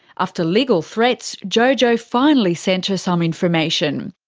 after legal threats, jojo finally sent her some information.